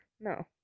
No